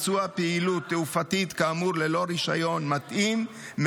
ביצוע פעילות תעופתית כאמור ללא רישיון מתאים,